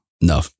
No